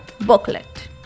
booklet